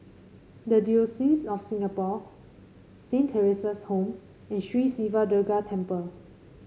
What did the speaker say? the Diocese of Singapore Saint Theresa's Home and Sri Siva Durga Temple